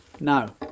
now